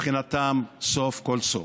מבחינתם סוף-כל-סוף.